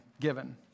given